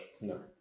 no